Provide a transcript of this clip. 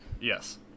Yes